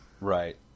Right